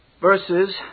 verses